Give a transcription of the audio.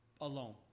alone